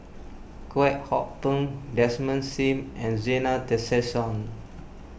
Kwek Hong Png Desmond Sim and Zena Tessensohn